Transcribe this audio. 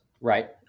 Right